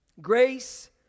Grace